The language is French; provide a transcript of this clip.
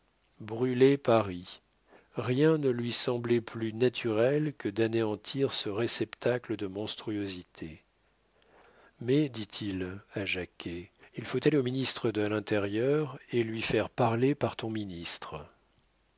brûler paris rien ne lui semblait plus naturel que d'anéantir ce réceptacle de monstruosités mais dit-il à jacquet il faut aller au ministre de l'intérieur et lui faire parler par ton ministre